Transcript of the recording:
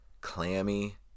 clammy